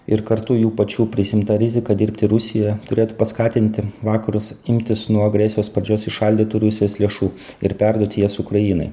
ir kartu jų pačių prisiimta rizika dirbti rusijoj turėtų paskatinti vakarus imtis nuo agresijos pradžios įšaldytų rusijos lėšų ir perduoti jas ukrainai